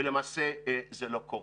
ולמעשה זה לא קורה.